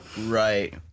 Right